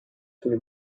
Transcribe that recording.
few